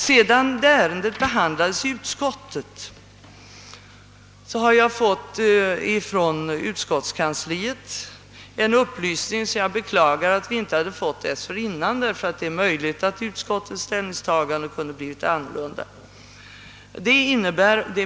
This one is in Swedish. Sedan ärendet behandlades i utskottet har jag av utskottskansliet fått en upplysning som jag beklagar inte tidigare förelegat, ty det är möjligt att utskottets ställningstagande i så fall kunnat bli annorlunda.